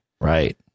Right